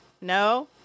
No